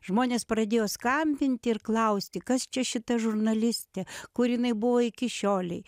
žmonės pradėjo skambinti ir klausti kas čia šita žurnalistė kur jinai buvo iki šiolei